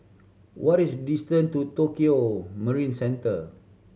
what is distance to Tokio Marine Centre